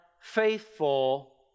faithful